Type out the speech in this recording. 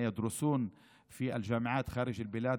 שלומדים באוניברסיטאות בחוץ לארץ,